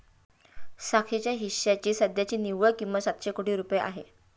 साक्षीच्या हिश्श्याची सध्याची निव्वळ किंमत सातशे कोटी रुपये आहे